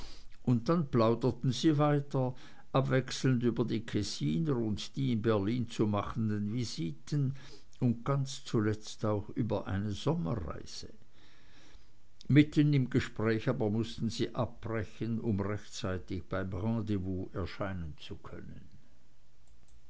und dann plauderten sie weiter abwechselnd über die kessiner und die in berlin zu machenden visiten und ganz zuletzt auch über eine sommerreise mitten im gespräch aber mußten sie abbrechen um rechtzeitig beim rendezvous erscheinen zu können